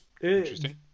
interesting